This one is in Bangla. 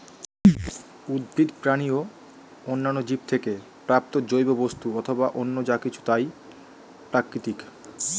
উদ্ভিদ, প্রাণী ও অন্যান্য জীব থেকে প্রাপ্ত জৈব বস্তু অথবা অন্য যা কিছু তাই প্রাকৃতিক